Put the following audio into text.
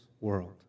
world